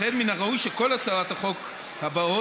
לכן, מן הראוי שכל הצעות החוק הבאות